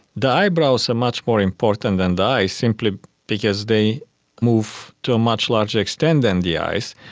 the eyebrows are much more important than the eyes, simply because they move to a much larger extent than the eyes.